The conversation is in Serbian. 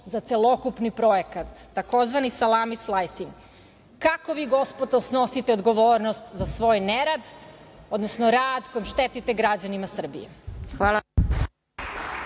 za celokupni projekat, tzv. „salamis slajsing„. Kako vi gospodo snosite odgovornost za svoj nerad, odnosno rad kojim štetite građanima Srbije?